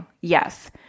yes